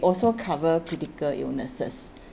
also cover critical illnesses